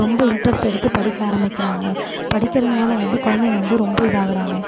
ரொம்ப இன்ட்ரெஸ்ட் எடுத்து படிக்க ஆரம்பிக்கிறாங்க படிக்கிறதுனால வந்து குழந்தைங்க வந்து ரொம்ப இதாகுறாங்க